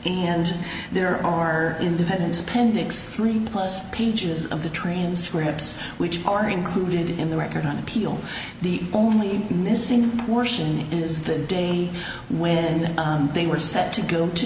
and there are in defendant's appendix three plus pages of the train scripts which are included in the record on appeal the only missing working is the day when they were set to go to